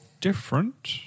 different